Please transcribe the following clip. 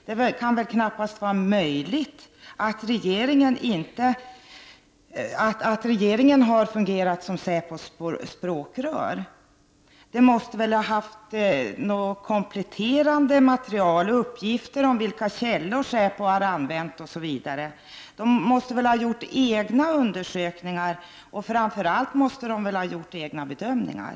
Det kan knappast vara möjligt att regeringen har fungerat som säpos språkrör, utan den måste ha haft tillgång till kompletterande ma terial, uppgifter om vilka källor säpo har använt osv. Man måste ha gjort egna undersökningar och framför allt egna bedömningar.